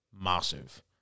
massive